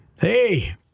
Hey